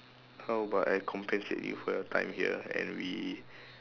how about I compensate you for your time here and we